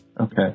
Okay